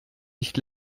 nicht